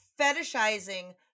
fetishizing